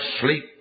sleep